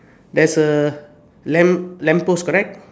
there's a lamp lamp post correct